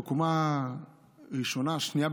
בקומה ראשונה או שנייה,